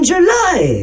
July